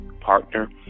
partner